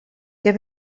que